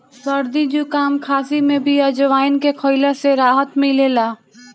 सरदी जुकाम, खासी में भी अजवाईन के खइला से राहत मिलेला